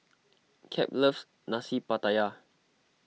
Cap loves Nasi Pattaya